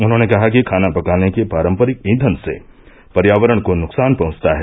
उन्होंने कहा कि खाना पकाने के पारंपरिक ईंधन से पर्यावरण को नुकसान पहुंचता है